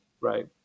right